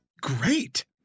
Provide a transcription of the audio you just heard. great